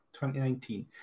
2019